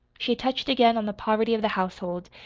she touched again on the poverty of the household,